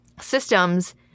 systems